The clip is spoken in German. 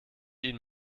ihnen